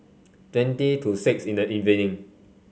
twenty to six in the evening